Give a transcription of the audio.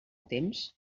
temps